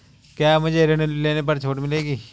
क्या मुझे ऋण लेने पर छूट मिलेगी?